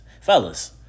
Fellas